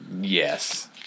Yes